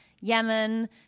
Yemen